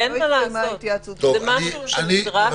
אין מה לעשות, זה משהו שנדרש.